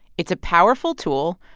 it's a powerful tool,